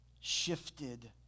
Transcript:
shifted